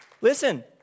Listen